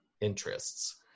interests